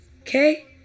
Okay